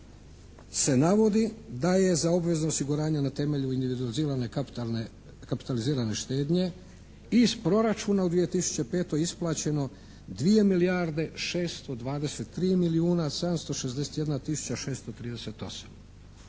se navodi da je za obvezno osiguranje na temelju univerzalne kapitalizirane štednje iz proračuna u 2005. isplaćeno 2 milijarde 623 milijuna 761,638.